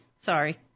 Sorry